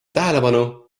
tähelepanu